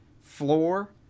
floor